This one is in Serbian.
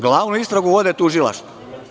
Glavnu istragu vode tužilaštva.